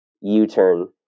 U-turn